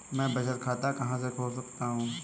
मैं बचत खाता कहाँ खोल सकता हूँ?